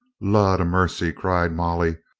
lud a mercy! cried molly.